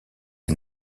est